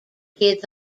kids